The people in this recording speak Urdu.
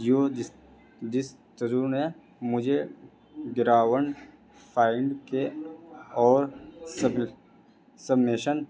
جو جس جس تجربہ نے مجھے گراون فائنڈ کے اور سب سبمیشن